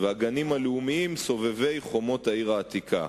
והגנים הלאומיים סובבי חומות העיר העתיקה.